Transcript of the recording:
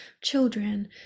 children